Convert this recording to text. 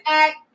act